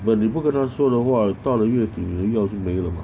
but 你不跟他说的话到了月底 then 药就没了 mah